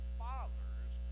fathers